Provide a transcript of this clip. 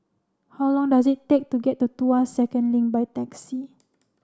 how long does it take to get to Tuas Second Link by taxi